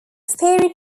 fairy